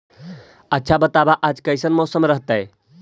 आच्छा बताब आज कैसन मौसम रहतैय?